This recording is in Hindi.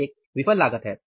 यह एक विफल लागत है